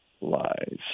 lies